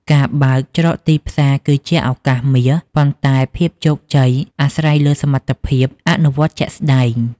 ការបើកច្រកទីផ្សារគឺជាឱកាសមាស ប៉ុន្តែភាពជោគជ័យអាស្រ័យលើសមត្ថភាពអនុវត្តជាក់ស្ដែង។